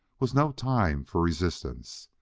was no time for resistance.